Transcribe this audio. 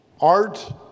Art